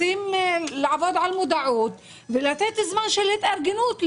לעבוד על מודעות ולתת זמן של התארגנות לשנה.